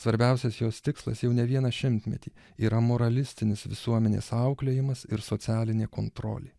svarbiausias jos tikslas jau ne vieną šimtmetį yra moralistinis visuomenės auklėjimas ir socialinė kontrolė